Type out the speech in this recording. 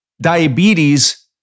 diabetes